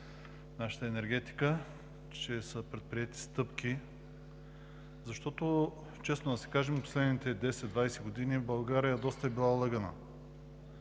нашата енергетика, че са предприети стъпки, защото честно да си кажем, в последните 10 – 20 години България доста е била лъгана.